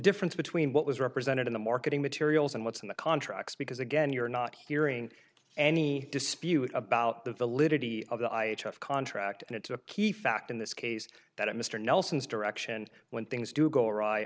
difference between what was represented in the marketing materials and what's in the contracts because again you're not hearing any dispute about the validity of the i h s contract and it to a key fact in this case that mr nelson's direction when things do go awry